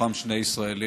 מתוכם שני ישראלים.